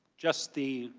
just the